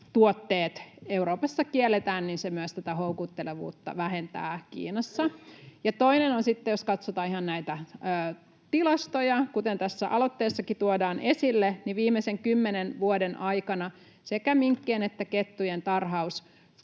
turkistuotteet Euroopassa kielletään, niin se myös tätä houkuttelevuutta vähentää Kiinassa. Ja toinen on sitten se, että jos katsotaan ihan näitä tilastoja, kuten tässä aloitteessakin tuodaan esille, niin viimeisen kymmenen vuoden aikana sekä minkkien että kettujen tarhaus